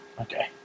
Okay